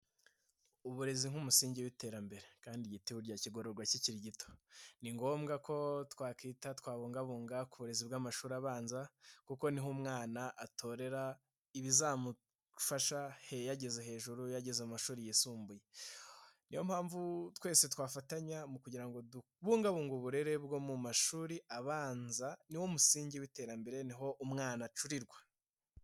Uburezi nk'umusingi w'iterambere kandi igiti burya kigororwa kikiri gito, ni ngombwa ko twakwita, twabungabunga ku burezi bw'amashuri abanza kuko niho umwana atorera ibizamufasha yageze hejuru yageze mu mashuri yisumbuye, niyo mpamvu twese twafatanya mu kugira ngo tubungabunga uburere bwo mu mashuri abanza niwo musingi w'iterambere, niho umwana acurirwa.